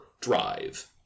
drive